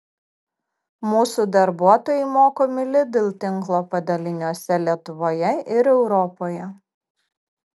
mūsų darbuotojai mokomi lidl tinklo padaliniuose lietuvoje ir europoje